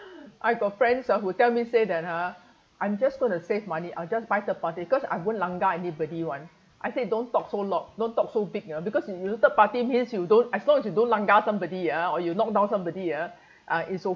I got friends ah who tell me say that ha I'm just going to save money I'll just buy third party cause I won't langgar anybody [one] I say don't talk so loud don't talk so big ah because you third party means you don't as long as you don't langgar got somebody ah or you knock down somebody ah uh it's